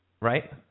Right